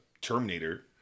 Terminator